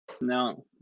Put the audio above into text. now